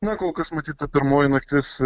na kol kas matyt ta pirmoji naktis